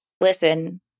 Listen